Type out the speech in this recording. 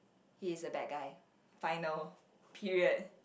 he is a bad guy final period